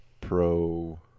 Pro